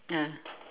ah